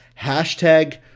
hashtag